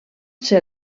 ser